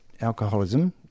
alcoholism